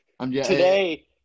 Today